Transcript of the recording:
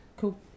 Cool